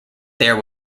there